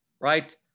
right